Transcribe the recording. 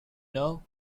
know